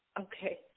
Okay